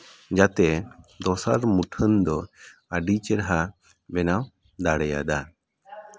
ᱡᱟᱛᱮ ᱫᱚᱥᱟᱨ ᱢᱩᱴᱷᱟᱹᱱ ᱫᱚ ᱟᱹᱰᱤ ᱪᱮᱦᱨᱟ ᱵᱮᱱᱟᱣ ᱫᱟᱲᱮᱭᱟᱫᱟ